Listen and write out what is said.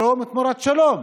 שלום תמורת שלום.